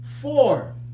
four